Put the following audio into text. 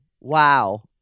Wow